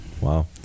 Wow